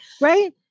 Right